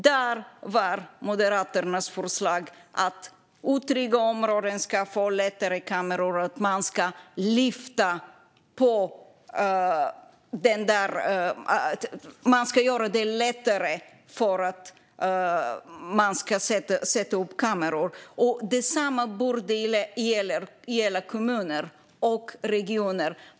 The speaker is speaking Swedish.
Där var Moderaternas förslag att man ska göra det lättare att sätta upp kameror i otrygga områden. Detsamma borde gälla kommuner och regioner.